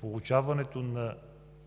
получаването на